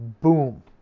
Boom